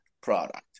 product